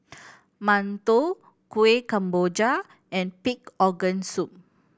mantou Kuih Kemboja and pig organ soup